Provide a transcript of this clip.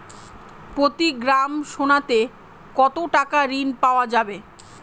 প্রতি গ্রাম সোনাতে কত টাকা ঋণ পাওয়া যাবে?